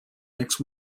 next